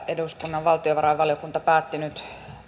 eduskunnan valtiovarainvaliokunta päätti nyt